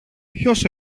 ποιος